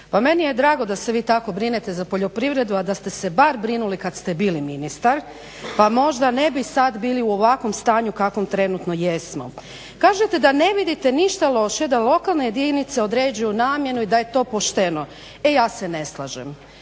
meni je drago da se vi tako brinete za poljoprivredu, a da ste se bar brinuli kad ste bili ministar pa možda ne bi sad bili u ovakvom stanju kakvom trenutno jesmo. Kažete da ne vidite ništa loše da lokalne jedinice određuju namjenu i da je to pošteno. E ja se ne slažem.